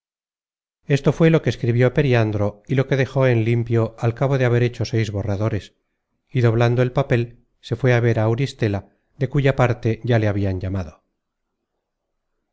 esto fué lo que escribió periandro y lo que dejó en limpio al cabo de haber hecho seis borradores y doblando el papel se fué á ver á auristela de cuya parte ya le habian llamado